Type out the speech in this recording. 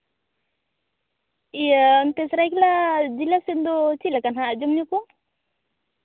ᱤᱭᱟᱹ ᱚᱱᱛᱮ ᱥᱚᱨᱟᱭᱠᱮᱞᱞᱟ ᱡᱮᱞᱟ ᱥᱮᱫ ᱫᱚ ᱪᱮᱫ ᱞᱮᱠᱟ ᱦᱟᱸᱜ ᱡᱚᱢᱼᱧᱩ ᱠᱚ